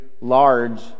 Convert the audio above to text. large